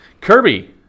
Kirby